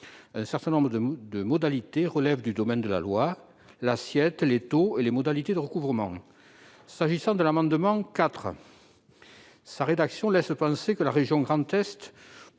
Un certain nombre de modalités relèvent du domaine de la loi : l'assiette, les taux et les modalités de recouvrement. S'agissant de l'amendement n° 4, sa rédaction laisse penser que la région Grand Est